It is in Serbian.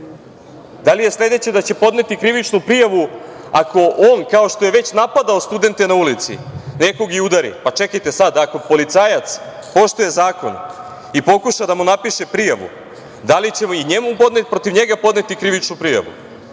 Da li je sledeće da će podneti krivičnu prijavu ako on, kao što je već napadao studente na ulici, nekog i udari? Čekajte sad, ako policajac poštuje zakon i pokuša da mu napiše prijavu, da li će i protiv njega podneti krivičnu prijavu?